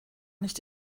nicht